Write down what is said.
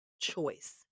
choice